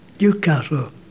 Newcastle